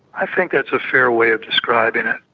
i think that's a fair way of describing it.